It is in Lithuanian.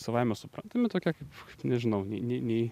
savaime suprantami tokie kaip nežinau nei nei nei